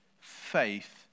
faith